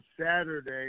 Saturday